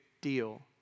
deal